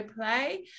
play